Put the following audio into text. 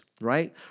right